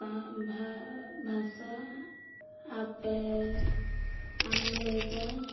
ଭା ଭାଷା ଆପେ ଆମରିକା